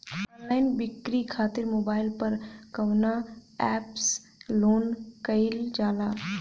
Online बिक्री खातिर mobile पर कवना एप्स लोन कईल जाला?